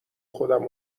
خودم